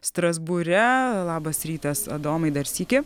strasbūre labas rytas adomai dar sykį